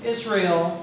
Israel